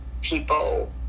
people